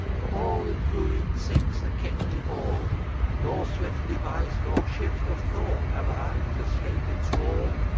for all in ruin sinks the kingly hall nor swift device nor shift of thought have i, to scape its fall.